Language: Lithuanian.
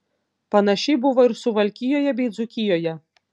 panašiai buvo ir suvalkijoje bei dzūkijoje